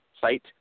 site